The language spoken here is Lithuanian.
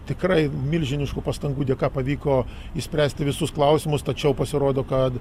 tikrai milžiniškų pastangų dėka pavyko išspręsti visus klausimus tačiau pasirodo kad